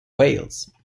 wales